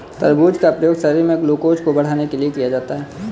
तरबूज का प्रयोग शरीर में ग्लूकोज़ को बढ़ाने के लिए किया जाता है